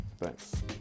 Thanks